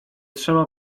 trzeba